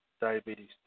diabetes